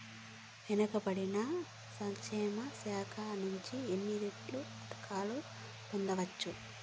వెనుక పడిన సంక్షేమ శాఖ నుంచి ఎట్లాంటి పథకాలు పొందవచ్చు?